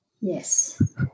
Yes